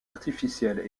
artificielle